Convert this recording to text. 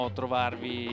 trovarvi